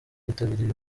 bitabiriye